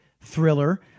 thriller